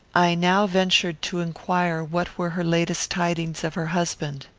i now ventured to inquire what were her latest tidings of her husband.